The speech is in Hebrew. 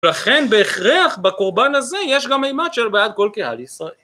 ולכן בהכרח בקרבן הזה יש גם מימד של בעד כל קהל ישראל.